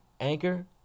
Anchor